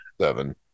seven